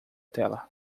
tela